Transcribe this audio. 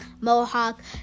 mohawk